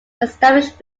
establish